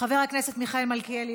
חבר הכנסת מיכאל מלכיאלי,